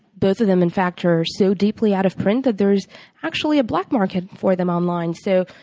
both of them, in fact, are so deeply out of print that there's actually a black market for them online so,